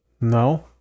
no